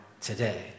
today